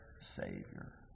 Savior